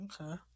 Okay